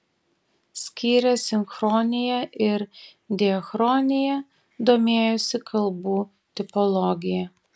skyrė sinchroniją ir diachroniją domėjosi kalbų tipologija